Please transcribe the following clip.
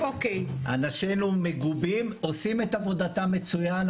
אנשינו מגובים, עושים את עבודתם מצוין.